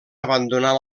abandonar